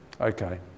Okay